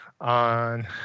on